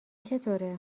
چطوره